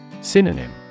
Synonym